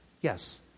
Yes